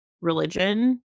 religion